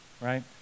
right